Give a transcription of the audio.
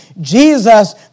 Jesus